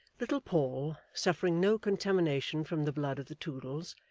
little paul, suffering no contamination from the blood of the toodles,